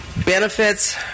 Benefits